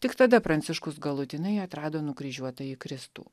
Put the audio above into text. tik tada pranciškus galutinai atrado nukryžiuotąjį kristų